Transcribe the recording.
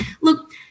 look